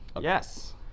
Yes